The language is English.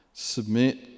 submit